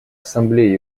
ассамблея